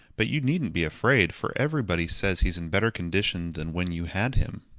but you needn't be afraid, for everybody says he's in better condition than when you had him.